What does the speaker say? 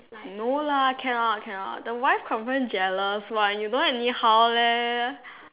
no lah cannot cannot the wife confirm jealous one you don't anyhow leh